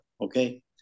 okay